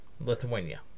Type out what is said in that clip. Lithuania